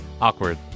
awkward